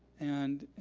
and